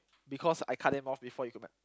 because I cut him off before he could